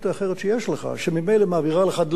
שממילא מעבירה לך דלקים לשימוש שוטף.